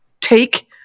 take